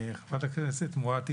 חברת הכנסת מואטי,